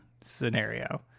scenario